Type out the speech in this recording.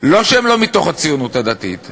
לא שהם לא מתוך הציונות הדתית,